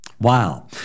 Wow